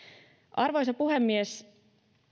arvoisa puhemies